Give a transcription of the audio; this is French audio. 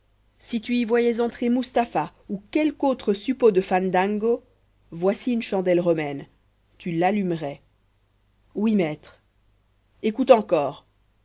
si tu y voyais entrer mustapha ou quelque autre suppôt de fandango voici une chandelle romaine tu l'allumerais oui maître écoute encore